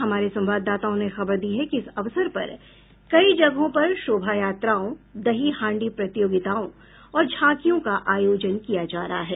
हमारे संवाददाताओं ने ख़बर दी है कि इस अवसर पर कई जगहों पर शोभायात्राओं दही हांडी प्रतियोगिताओं और झांकियों का आयोजन किया जा रहा है